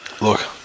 look